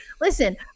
Listen